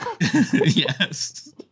Yes